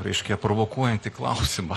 reiškia provokuojantį klausimą